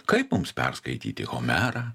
kaip mums perskaityti homerą